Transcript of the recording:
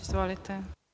Izvolite.